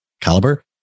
caliber